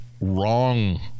wrong